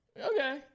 Okay